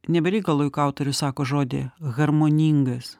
ne be reikalo juk autorius sako žodį harmoningas